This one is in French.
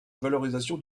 valorisation